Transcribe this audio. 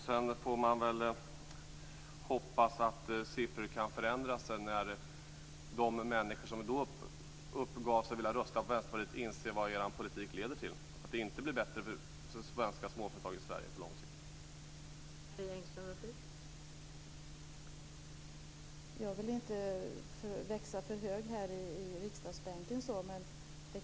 Sedan får man hoppas att siffrorna kan förändras när de människor som uppgav att de ville rösta på Vänsterpartiet inser vad er politik leder till, nämligen att det inte blir bättre för svenska småföretag i Sverige på lång sikt.